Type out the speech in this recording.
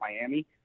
Miami